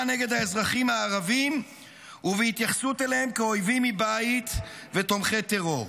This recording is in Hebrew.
נגד האזרחים הערבים ובהתייחסות אליהם כאויבים מבית ותומכי טרור.